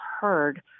heard